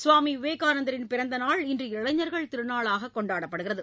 சுவாமி விவேகானந்தின் பிறந்த நாள் இன்று இளைஞா்கள் திருநாளாக கொண்டாடப்படுகிறது